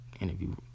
interview